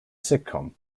sitcom